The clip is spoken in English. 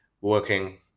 working